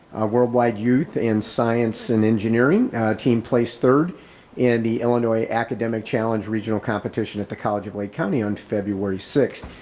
worldwide youth in science and engineering team placed third in the illinois academic challenge regional competition at the college of lake county on february six.